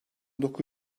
dokuz